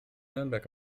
nürnberg